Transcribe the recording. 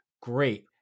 great